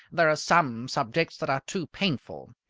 there are some subjects that are too painful.